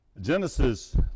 Genesis